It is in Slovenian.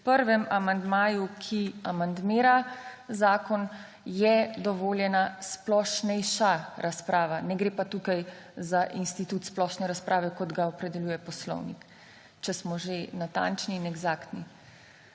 prvem amandmaju, ki amandmira zakon, je dovoljena splošnejša razprava. Ne gre pa tukaj za institut splošne razprave, kot ga opredeljuje poslovnik, če smo že natančni in eksaktni.